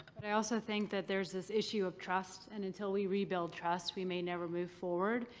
but i also think that there's this issue of trust and until we rebuild trust we may never move forward.